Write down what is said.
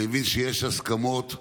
אני מבין שיש הסכמות,